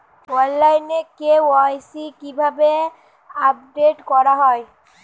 অনলাইনে কে.ওয়াই.সি কিভাবে আপডেট করা হয়?